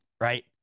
right